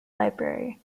library